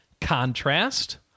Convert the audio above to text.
contrast